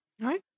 Right